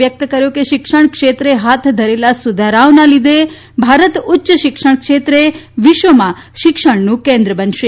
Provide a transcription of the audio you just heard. વ્યક્ત કર્યો છે કે શિક્ષણ ક્ષેત્રે હાથ ધરેલા સુધારાઓના લીધે ભારત ઉચ્ય શિક્ષણ ક્ષેત્રે વિશ્વમાં શિક્ષણનું કેન્દ્ર બનશે